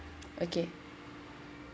okay